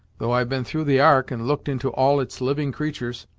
though i've been through the ark, and looked into all its living creatur's.